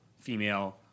female